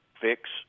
fix